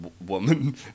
Woman